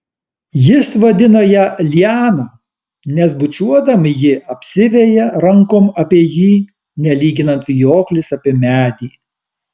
jis vadina ją liana nes bučiuodama ji apsiveja rankom apie jį nelyginant vijoklis apie medį